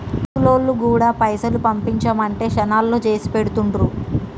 బాంకులోల్లు గూడా పైసలు పంపించుమంటే శనాల్లో చేసిపెడుతుండ్రు